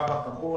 הקו הכחול.